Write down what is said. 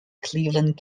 cleveland